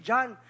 John